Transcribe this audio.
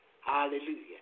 Hallelujah